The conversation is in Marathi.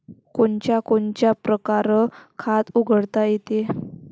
कोनच्या कोनच्या परकारं खात उघडता येते?